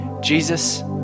Jesus